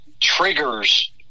triggers